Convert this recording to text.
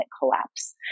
collapse